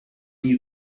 you